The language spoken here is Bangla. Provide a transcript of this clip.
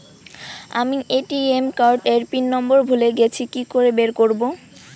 আমি এ.টি.এম কার্ড এর পিন নম্বর ভুলে গেছি কি করে বের করব?